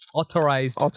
authorized